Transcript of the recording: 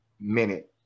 minute